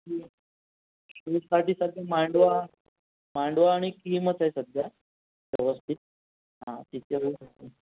बीचसाठी सध्या मांडवा मांडवा आणि किहिमच आहे सध्या व्यवस्थित तिथे होऊ शकतं